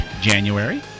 January